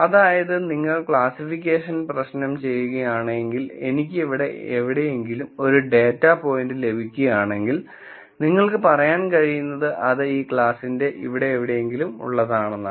അതായതു നിങ്ങൾ ക്ലാസ്സിഫിക്കേഷൻ പ്രശ്നം ചെയ്യുകയാണെങ്കിൽ എനിയ്ക്കു ഇവിടെ എവിടെയെങ്കിലും ഒരു ഡേറ്റ പോയിന്റ് ലഭിക്കുകയാണെങ്കിൽ നിങ്ങൾക്ക് പറയാൻ കഴിയുന്നത് അത് ഈ ക്ലാസ്സിന്റെ ഇവിടെ എവിടെയെങ്കിലും ഉള്ളതാണെന്നാണ്